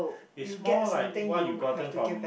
it's more like what you gotten from